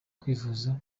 kwivuza